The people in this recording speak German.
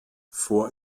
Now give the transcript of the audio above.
vor